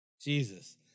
Jesus